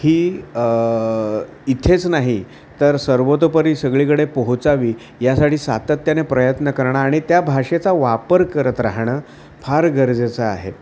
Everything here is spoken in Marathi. ही इथेच नाही तर सर्वतोपरी सगळीकडे पोहोचावी यासाठी सातत्याने प्रयत्न करणं आणि त्या भाषेचा वापर करत राहणं फार गरजेचं आहे